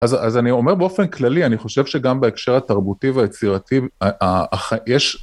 אז אז אני אומר באופן כללי, אני חושב שגם בהקשר התרבותי והיצירתי יש